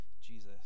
Jesus